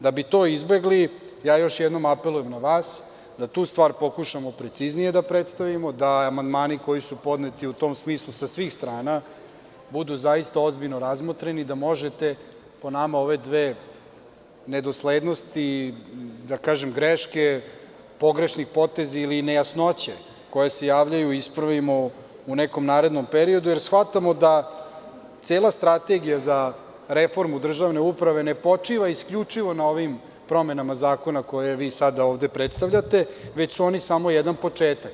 Da bi to izbegli, još jednom apelujem na vas da tu stvar pokušamo preciznije da predstavimo, da amandmani koji su podneti u tom smislu sa svih strana budu ozbiljno razmotreni i da možete, po nama, ove dve nedoslednosti, da kažem greške, pogrešne poteze ili nejasnoće koje se javljaju ispravimo u nekom narednom periodu, jer shvatamo da cela Strategija za reformu državne uprave ne počiva isključivo na ovim promenama zakonima koje vi sada ovde predstavljate, već su oni samo jedan početak.